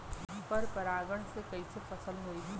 पर परागण से कईसे फसल होई?